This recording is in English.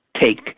take